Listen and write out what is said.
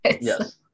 Yes